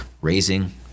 raising